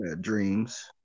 Dreams